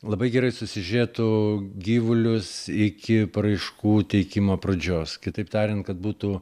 labai gerai susižiūrėtų gyvulius iki paraiškų teikimo pradžios kitaip tariant kad būtų